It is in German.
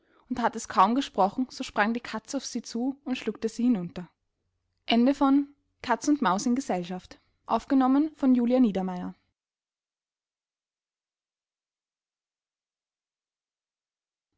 und hatt es kaum gesprochen so sprang die katz auf sie zu und schluckte sie hinunter